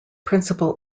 principal